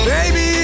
Baby